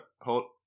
hold